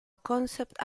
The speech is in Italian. concept